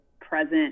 present